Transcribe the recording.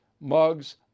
mugs